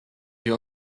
wir